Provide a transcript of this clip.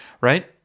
right